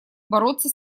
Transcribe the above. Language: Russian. бороться